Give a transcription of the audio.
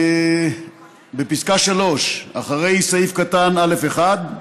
בפסקה (3): אחרי סעיף קטן (א1)